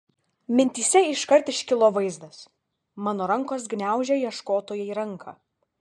mintyse iškart iškilo vaizdas mano rankos gniaužia ieškotojai ranką